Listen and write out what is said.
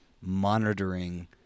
monitoring